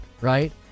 right